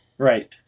Right